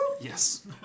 Yes